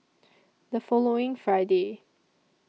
The following Friday